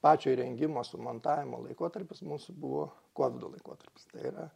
pačio įrengimo sumontavimo laikotarpis mūsų buvo kovido laikotarpis tai yra